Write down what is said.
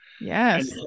yes